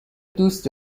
دوست